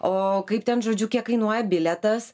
o kaip ten žodžiu kiek kainuoja bilietas